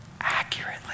accurately